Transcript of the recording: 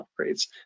upgrades